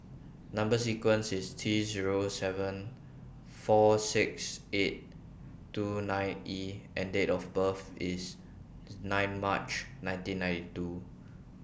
Number sequence IS T Zero seven four six eight two nine E and Date of birth IS nine March nineteen ninety two